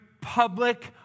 public